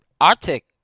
Arctic